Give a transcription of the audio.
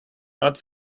not